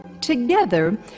Together